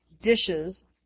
dishes